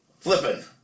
Flipping